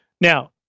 Now